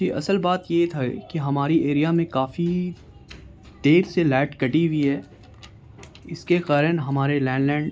یہ اصل بات یہ تھا کہ ہماری ایریا میں کافی دیر سے لائٹ کٹی ہوئی ہے اس کے کارن ہمارے لینڈ لائن